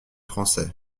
français